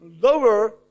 lower